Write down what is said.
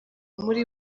muri